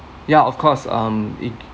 ya of course um it